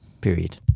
Period